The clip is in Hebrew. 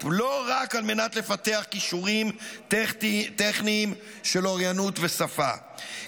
לא רק על מנת לפתח כישורים טכניים של אוריינות ושפה,